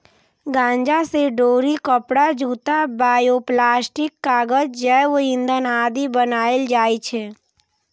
गांजा सं डोरी, कपड़ा, जूता, बायोप्लास्टिक, कागज, जैव ईंधन आदि बनाएल जाइ छै